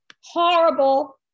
Horrible